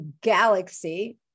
galaxy